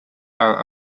are